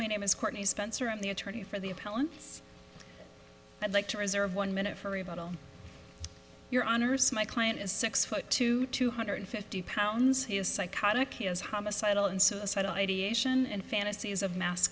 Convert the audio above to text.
my name is courtney spencer and the attorney for the appellants i'd like to reserve one minute for rebuttal your honour's my client is six foot two two hundred fifty pounds he is psychotic he has homicidal and suicidal ideation and fantasies of mas